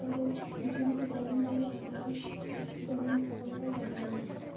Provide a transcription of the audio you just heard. তবে কিছু কিছু কমন পাখি থাকে যেমন সব এলাকায় দেখা যায়